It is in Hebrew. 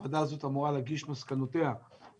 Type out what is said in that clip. הוועדה הזו אמורה להגיש את מסקנותיה למנכ"ל